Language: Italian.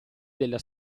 della